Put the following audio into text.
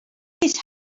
his